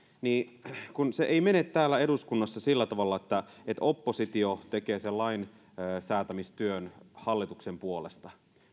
kun se ei mene täällä eduskunnassa sillä tavalla että että oppositio tekee sen lainsäätämistyön hallituksen puolesta